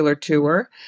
Tour